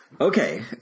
Okay